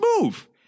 move